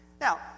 Now